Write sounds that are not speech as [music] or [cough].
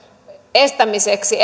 estämiseksi [unintelligible]